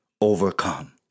overcome